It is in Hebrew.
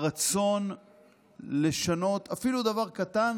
הרצון לשנות אפילו דבר קטן,